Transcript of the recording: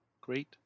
Great